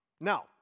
Now